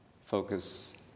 focus